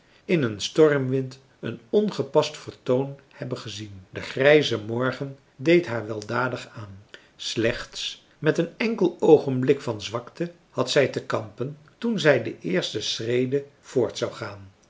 in een stormwind een ongepast vertoon hebben gezien de grijze morgen deed haar weldadig aan slechts met een enkel oogenblik van zwakte had zij te kampen toen zij de eerste schrede voort zou gaan